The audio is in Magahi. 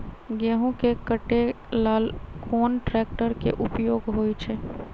गेंहू के कटे ला कोंन ट्रेक्टर के उपयोग होइ छई?